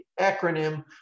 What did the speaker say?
acronym